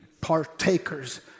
partakers